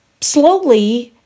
slowly